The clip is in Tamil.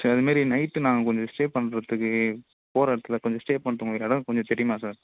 சார் இதுமாரி நைட்டு நாங்கள் கொஞ்சம் ஸ்டே பண்ணுறத்துக்கு போகிற இடத்துல கொஞ்சம் ஸ்டே பண்ணுற மாதிரி இடம் கொஞ்சம் தெரியுமா சார்